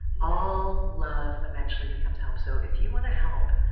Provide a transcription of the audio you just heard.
all love eventually becomes help. so if you wanna help,